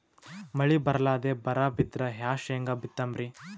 ಮಳಿ ಬರ್ಲಾದೆ ಬರಾ ಬಿದ್ರ ಯಾ ಶೇಂಗಾ ಬಿತ್ತಮ್ರೀ?